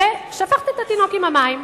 ושפכת את התינוק עם המים.